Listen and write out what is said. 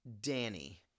Danny